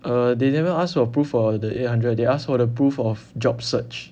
err they never ask for proof of the eight hundred they asked for the proof of job search